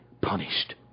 punished